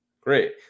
Great